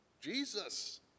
Jesus